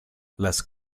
las